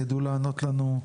ידעו לענות לנו,